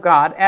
God